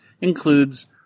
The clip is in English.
includes